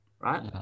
right